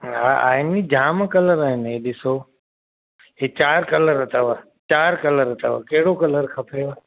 हा आहिनि नी जाम कलर आहिनि हीउ ॾिसो हीउ चार कलर अथव चार कलर अथव कहिड़ो कलर खपेव